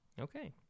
Okay